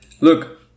look